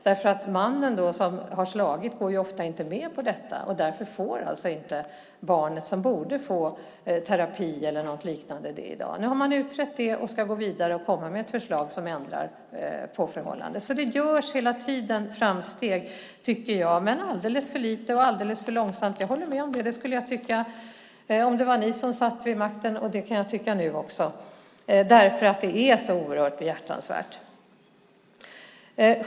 Den man som har slagit går ju ofta inte med på detta, och därför får alltså inte barnet som borde få terapi eller något liknande det i dag. Nu har man utrett detta och ska gå vidare och lägga fram ett förslag som ändrar på förhållandet. Det görs hela tiden framsteg, men alldeles för lite och alldeles för långsamt. Jag håller med om det. Det skulle jag tycka om ni satt vid makten, och det kan jag tycka nu också. Det är så oerhört behjärtansvärt.